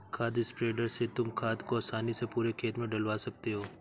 खाद स्प्रेडर से तुम खाद को आसानी से पूरे खेत में डलवा सकते हो